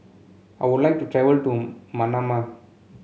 I would like to travel to Manama